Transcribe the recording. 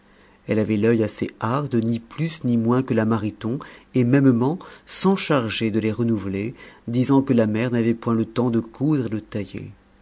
elle avait l'oeil à ses hardes ni plus ni moins que la mariton et mêmement s'enchargeait de les renouveler disant que la mère n'avait point le temps de coudre et de tailler